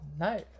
No